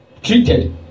treated